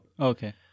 okay